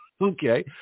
Okay